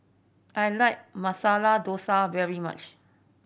I like Masala Dosa very much